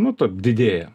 nu taip didėja